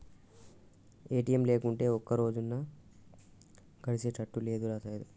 ATM లేకుంటే ఒక్కరోజన్నా గడిసెతట్టు లేదురా సైదులు